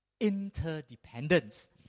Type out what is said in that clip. interdependence